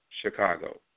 Chicago